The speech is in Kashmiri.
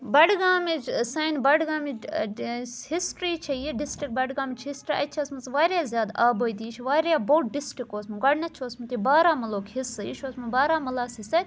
بَڈٕگامِچ ٲں سانہِ بَڈٕگامِچ ہسٹِرٛی چھِ یہِ ڈِسٹِرٛک بَڈٕگامِچ ہسٹرٛی اَتہِ چھِ ٲسمٕژ واریاہ زیادٕ آبٲدی یہِ چھُ واریاہ بوٚڑ ڈِسٹِرٛک اوٗسمُت گۄڈٕنٮ۪تھ چھُ اوٗسمُت یہِ بارہمولاہُک حِصہٕ یہِ چھُ اوٗسمُت بارہمولاہَسٕے سۭتۍ